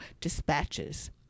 dispatches